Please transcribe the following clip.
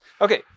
Okay